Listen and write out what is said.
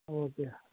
okay